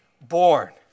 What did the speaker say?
born